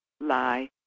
lie